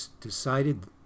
decided